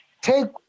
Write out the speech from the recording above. take